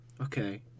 Okay